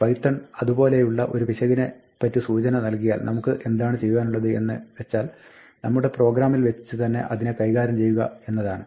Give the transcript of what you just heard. Python അതുപോലെയുള്ള ഒരു പിശകിനെപ്പറ്റി സൂചന നൽകിയാൽ നമുക്ക് എന്താണ് ചെയ്യുവാനുള്ളത് എന്ന് വെച്ചാൽ നമ്മുടെ പ്രാഗ്രാമിൽ വെച്ച് തന്നെ അതിനെ കൈകാര്യം ചെയ്യുക എന്നതാണ്